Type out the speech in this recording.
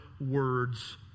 words